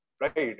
right